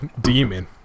demon